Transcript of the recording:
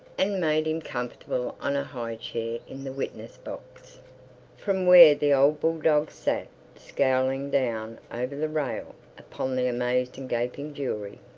and made him comfortable on a high chair in the witness-box from where the old bulldog sat scowling down over the rail upon the amazed and gaping jury.